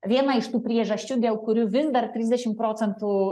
viena iš tų priežasčių dėl kurių vis dar trisdešim procentų